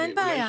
אין בעיה,